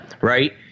right